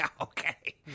okay